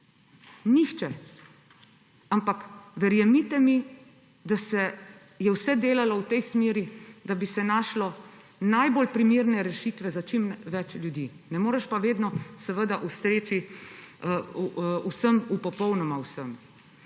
nihče. Ampak verjemite mi, da se je vse delalo v smeri, da bi se našlo najbolj primerne rešitve za čim več ljudi. Ne moreš pa vedno ustreči vsem v popolnoma vsem.